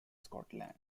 scotland